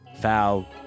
foul